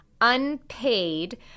unpaid